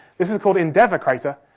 this is called endeavour crater,